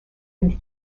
been